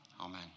amen